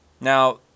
Now